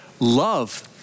Love